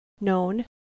Known